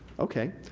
okay,